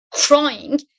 crying